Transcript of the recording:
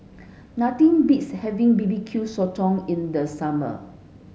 nothing beats having B B Q Sotong in the summer